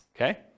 okay